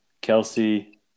Kelsey